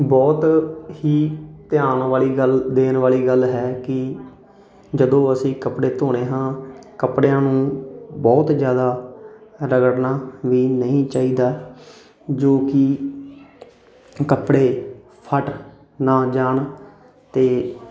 ਬਹੁਤ ਹੀ ਧਿਆਨ ਵਾਲੀ ਗੱਲ ਦੇਣ ਵਾਲੀ ਗੱਲ ਹੈ ਕਿ ਜਦੋਂ ਅਸੀਂ ਕੱਪੜੇ ਧੋਂਦੇ ਹਾਂ ਕੱਪੜਿਆਂ ਨੂੰ ਬਹੁਤ ਜ਼ਿਆਦਾ ਰਗੜਣਾ ਵੀ ਨਹੀਂ ਚਾਹੀਦਾ ਜੋ ਕਿ ਕੱਪੜੇ ਫਟ ਨਾ ਜਾਣ ਅਤੇ